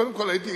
קודם כול, הייתי,